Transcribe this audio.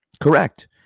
Correct